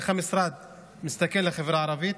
איך המשרד מסתכל על החברה הערבית.